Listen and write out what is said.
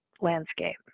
landscape